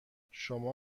شما